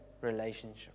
relationship